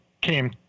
came